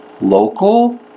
local